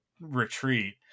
retreat